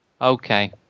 Okay